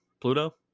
Pluto